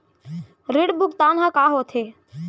ऋण भुगतान ह का होथे?